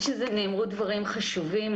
אני חושבת שנאמרו דברים חשובים.